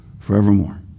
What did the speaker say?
forevermore